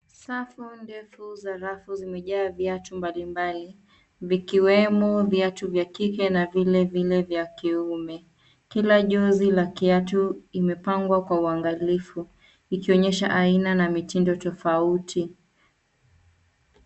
Safu ndefu za rafu zimejaa viatu mbalimbali vikiwemo viatu vya kike na vile vile vya kiume. Kila jozi la kiatu imepangwa kwa uangalifu ikionyesha aina na mitindo tofauti.